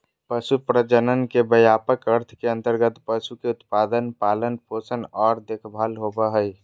पशु प्रजनन के व्यापक अर्थ के अंतर्गत पशु के उत्पादन, पालन पोषण आर देखभाल होबई हई